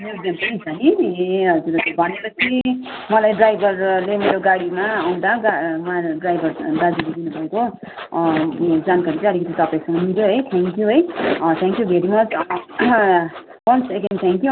त्यहीँ त नि ए हजुर हजुर भने पछि मलाई ड्राइभ गरेर गाडीमा आउँदा गा उहाँ ड्राइभर दाजुले दिनु भएको जानकारी चाहिँ अलिकिति तपाईँसँग मिल्यो है थ्यान्क यु है thank you very much once again thank you